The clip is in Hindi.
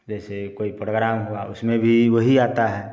जैसे कोई पोरोग्राम हुआ उसमें भी वही आता है